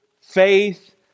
faith